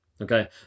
Okay